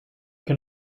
can